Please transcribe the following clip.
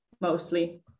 mostly